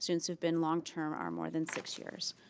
students have been long term are more than six years.